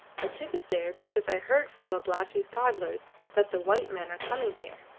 i took it there because i heard from babalatchi's paddlers that the white men are coming here.